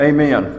Amen